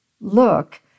look